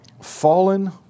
Fallen